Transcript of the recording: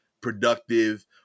productive